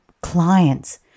clients